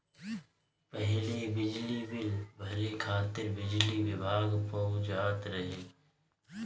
पहिले बिजली बिल भरे खातिर बिजली विभाग पअ जात रहे